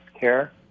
care